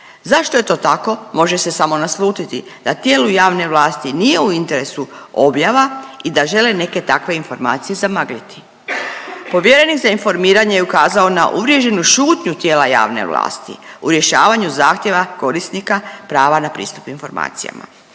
Zašto je to tako, može se samo naslutiti da tijelu javne vlasti nije u interesu objava i da žele neke takve informacije zamagliti. Povjerenik za informiranje je ukazao na uvriježenu šutnju tijela javne vlasti u rješavanju zahtjeva korisnika prava na pristupu informacijama.